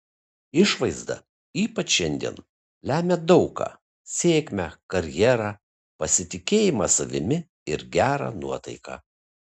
išvaizda ypač šiandien lemia daug ką sėkmę karjerą pasitikėjimą savimi ir gerą nuotaiką